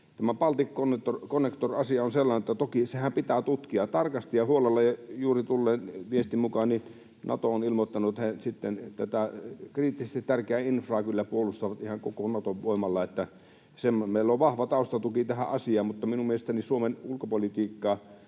Tämä Balticconnector-asia on sellainen, että sehän pitää toki tutkia tarkasti ja huolella, ja juuri tulleen viestin mukaan Nato on ilmoittanut, että he tätä kriittisesti tärkeää infraa kyllä puolustavat ihan koko Naton voimalla. Meillä on vahva taustatuki tähän asiaan, mutta minun mielestäni Suomen ulkopolitiikkaa